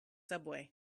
subway